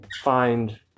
find